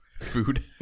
food